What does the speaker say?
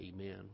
amen